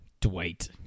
dwight